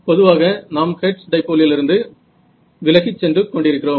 பொதுவாக நாம் ஹெர்ட்ஸ் டைப்போலிலிருந்து விலகிச் சென்று கொண்டிருக்கிறோம்